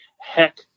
heck